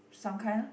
sometime